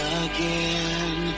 again